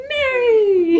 Mary